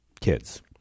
kids